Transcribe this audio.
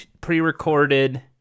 pre-recorded